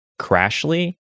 crashly